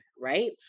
right